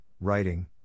writing